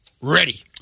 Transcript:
Ready